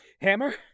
hammer